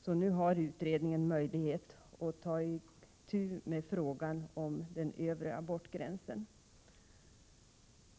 så nu har utredningen möjlighet att ta itu med frågan om den övre abortgränsen.